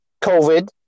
COVID